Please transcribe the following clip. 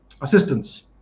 assistance